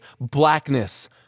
blackness